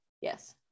Yes